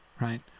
Right